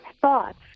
thoughts